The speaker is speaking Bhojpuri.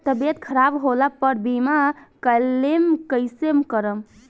तबियत खराब होला पर बीमा क्लेम कैसे करम?